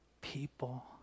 people